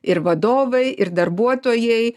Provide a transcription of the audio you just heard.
ir vadovai ir darbuotojai